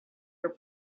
your